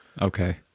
Okay